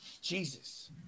Jesus